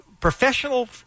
professional